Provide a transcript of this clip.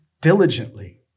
diligently